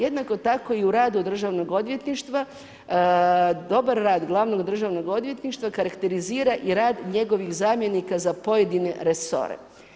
Jednako tako i u radu Državnog odvjetništva, dobar rad glavnog Državnog odvjetništva, karakterizira i rad njegovih zamjenika za pojedine resore.